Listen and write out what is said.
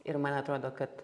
ir man atrodo kad